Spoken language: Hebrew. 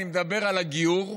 אני מדבר על הגיור,